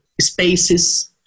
spaces